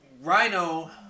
Rhino